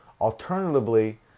Alternatively